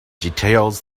details